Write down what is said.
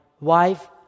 wife